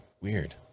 weird